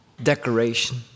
Decoration